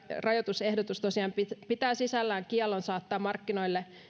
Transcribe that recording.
rajoitusehdotus tosiaan pitää sisällään kiellon saattaa markkinoille